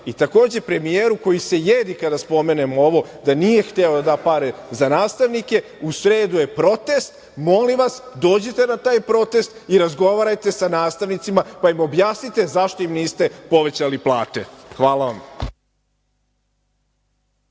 nema. Takođe, premijeru koji se jedi kada spomenemo ovo, da nije hteo da da pare za nastavnike, u sredu je protest, molim vas, dođite na taj protest i razgovarajte sa nastavnicima, pa im objasnite zašto im niste povećali plate. Hvala vam.